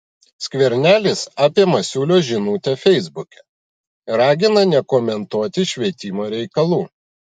skvernelis apie masiulio žinutę feisbuke ragina nekomentuoti švietimo reikalų